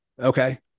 Okay